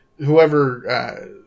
whoever